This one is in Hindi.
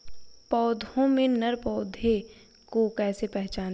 पौधों में नर पौधे को कैसे पहचानें?